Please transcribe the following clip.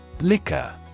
Liquor